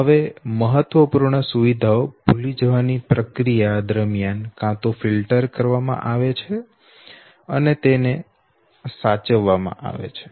હવે મહત્વપૂર્ણ સુવિધાઓ ભૂલી જવા ની પ્રક્રિયા દરમિયાન કાં તો ફિલ્ટર કરવામાં આવે છે અને તેને સાચવવા માં આવે છે